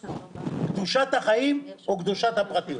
קדושת החיים או קדושת הפרטיות?